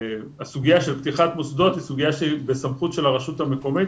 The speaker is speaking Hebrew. הסוגיה של פתיחת מוסדות היא סוגיה שהיא בסמכות של הרשות המקומית,